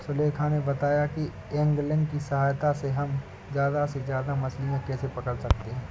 सुलेखा ने बताया कि ऐंगलिंग की सहायता से हम ज्यादा से ज्यादा मछलियाँ कैसे पकड़ सकते हैं